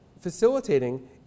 facilitating